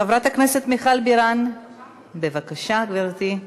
חברת הכנסת מיכל בירן, בבקשה, גברתי.